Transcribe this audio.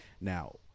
Now